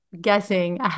guessing